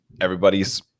everybody's